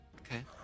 Okay